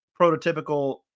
prototypical